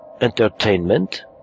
entertainment